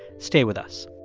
stay with us